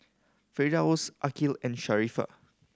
Firdaus Aqil and Sharifah